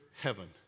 heaven